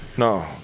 no